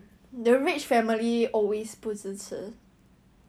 yes who is yang yang